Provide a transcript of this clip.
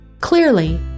Clearly